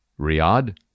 Riyadh